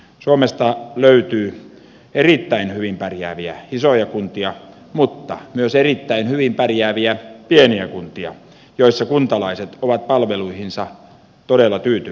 suomesta löytyy erittäin hyvin pärjääviä isoja kuntia mutta myös erittäin hyvin pärjääviä pieniä kuntia joissa kuntalaiset ovat palveluihinsa todella tyytyväisiä